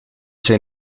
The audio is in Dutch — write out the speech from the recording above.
zijn